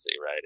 right